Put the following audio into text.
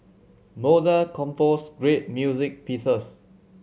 Mozart composed great music pieces